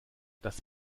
das